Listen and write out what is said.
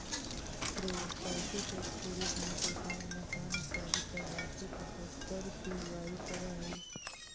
property tax के रूप में सरकार मकान इत्यादि पर वार्षिक कर के उगाही करऽ हई